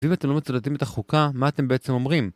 ואם אתם לא מצדדים את החוקה, מה אתם בעצם אומרים?